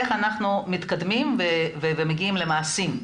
איך אנחנו מתקדמים ומגיעים למעשים.